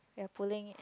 you're pulling it